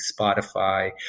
Spotify